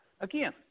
again